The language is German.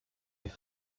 wie